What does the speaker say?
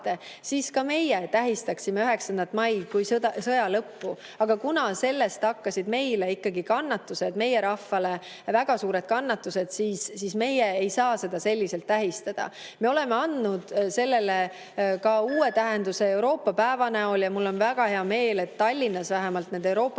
siis ka meie tähistaksime 9. maid kui sõja lõppu. Aga kuna meil algasid ikkagi kannatused, meie rahvale tulid väga suured kannatused, siis meie ei saa seda selliselt tähistada. Me oleme andnud sellele [päevale] ka uue tähenduse Euroopa päeva näol. Mul on väga hea meel, et vähemalt Tallinnas Euroopa